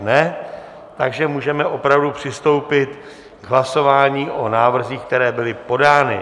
Už ne, takže můžeme opravdu přistoupit k hlasování o návrzích, které byly podány.